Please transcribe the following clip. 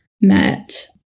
met